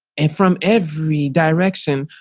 and from every direction,